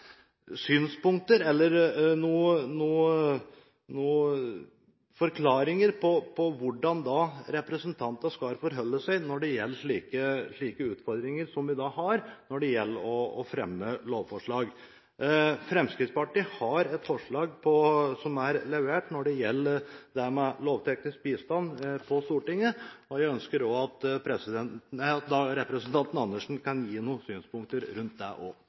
synspunkter eller forklaringer på hvordan representantene da skal forholde seg når det gjelder slike utfordringer som vi har når det gjelder å fremme lovforslag. Fremskrittspartiet har et forslag som er levert inn når det gjelder det med lovteknisk bistand på Stortinget, og jeg ønsker at stortingspresident Andersen kan gi noen synspunkter